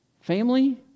family